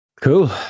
Cool